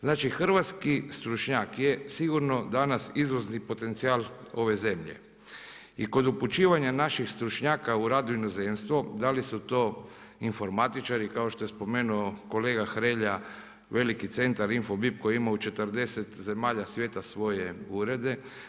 Znači hrvatski stručnjak je sigurno danas izvozni potencijal ove zemlje i kod upućivanja naših stručnjaka u rad u inozemstvo, da li su to informatičari kao što je spomenuo kolega Hrelja veliki centar Infobip koji ima u 40 zemalja svijeta svoje urede.